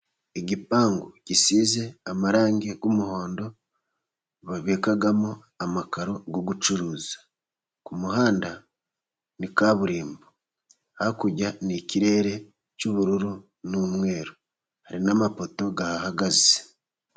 Igipangu gisize amarangi y’umuhondo, babikamo amakaro yo gucuruza. Ku muhanda ni kaburimbo, hakurya n’ikirere cy’ubururu n’umweru, hari n’amapoto ahahagaze.